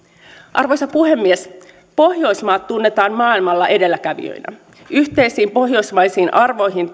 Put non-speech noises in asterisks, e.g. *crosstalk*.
arvoisa puhemies pohjoismaat tunnetaan maailmalla edelläkävijöinä yhteisiin pohjoismaisiin arvoihin *unintelligible*